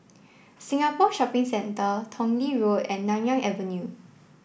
Singapore Shopping Centre Tong Lee Road and Nanyang Avenue